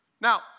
Now